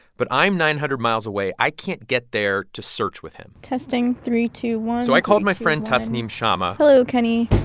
but i'm nine hundred miles away. i can't get there to search with him testing, three, two, one so i called my friend tasnim shamma. hello, kenny.